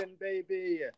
baby